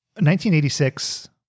1986